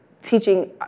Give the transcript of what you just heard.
teaching